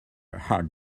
hard